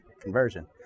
conversion